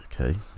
Okay